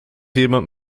jemand